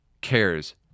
cares